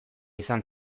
izan